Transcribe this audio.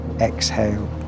exhale